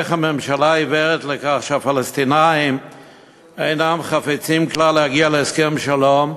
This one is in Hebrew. איך הממשלה עיוורת לכך שהפלסטינים אינם חפצים כלל להגיע להסכם שלום?